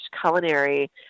culinary